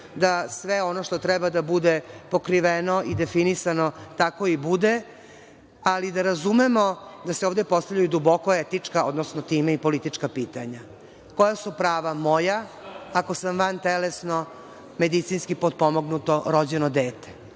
da sve ono što treba da bude pokriveno i definisano tako i bude, ali da razumemo da se ovde postavljaju duboko etička, odnosno time i politička pitanja. Koja su prava moja ako sam vantelesno medicinski potpomognutno rođeno dete?